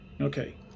Okay